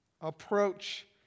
approach